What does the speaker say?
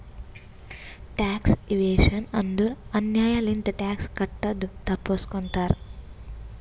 tax evasion ಅಂದುರ್ ಅನ್ಯಾಯ್ ಲಿಂತ ಟ್ಯಾಕ್ಸ್ ಕಟ್ಟದು ತಪ್ಪಸ್ಗೋತಾರ್